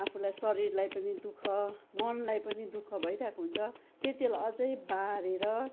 आफूलाई शरीरलाई पनि दुःख मनलाई पनि दुःख भइरहेको हुन्छ त्यतिबेला अझै बारेर